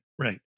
Right